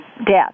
death